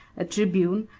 a tribune,